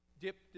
dipped